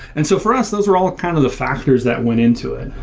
and so for us, those were all kind of the factors that went into it.